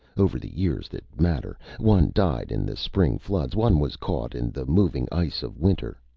over the years that matter. one died in the spring floods. one was caught in the moving ice of winter.